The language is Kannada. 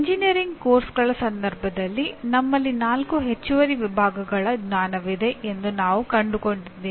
ಎಂಜಿನಿಯರಿಂಗ್ ಪಠ್ಯಕ್ರಮಗಳ ಸಂದರ್ಭದಲ್ಲಿ ನಮ್ಮಲ್ಲಿ ನಾಲ್ಕು ಹೆಚ್ಚುವರಿ ವಿಭಾಗಗಳ ಜ್ಞಾನವಿದೆ ಎಂದು ನಾವು ಕಂಡುಕೊಂಡಿದ್ದೇವೆ